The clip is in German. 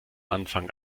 anfang